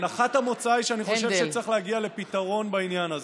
הנחת המוצא היא שאני חושב שצריך להגיע לפתרון בעניין הזה,